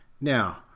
Now